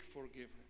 forgiveness